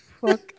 fuck